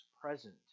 present